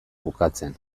bukatzen